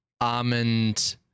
almond